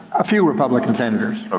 a few republican senators. ah